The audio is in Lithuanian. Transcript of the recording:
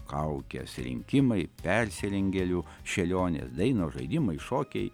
kaukės rinkimai persirengėlių šėlionės dainos žaidimai šokiai